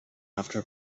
after